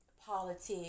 politics